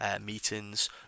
meetings